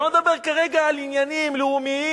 אני לא מדבר כרגע על עניינים לאומיים,